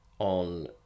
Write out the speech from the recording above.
On